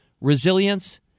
resilience